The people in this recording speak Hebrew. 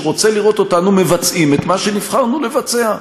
שרוצה לראות אותנו מבצעים את מה שנבחרנו לבצע.